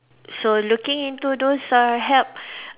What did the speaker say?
so looking into those uh help